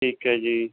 ਠੀਕ ਹੈ ਜੀ